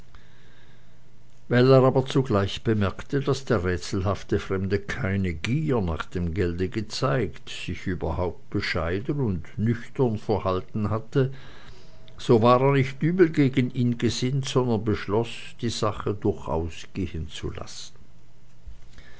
weil er aber zugleich bemerkte daß der rätselhafte fremde keine gier nach dem gelde gezeigt sich überhaupt bescheiden und nüchtern verhalten hatte so war er nicht übel gegen ihn gesinnt sondern beschloß die sache durchaus gehen zu lassen